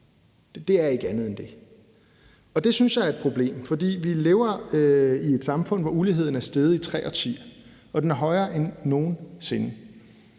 Det er ikke andet end det, og det synes jeg er et problem, for vi lever i et samfund, hvor uligheden er steget i tre årtier, og den er højere end nogensinde.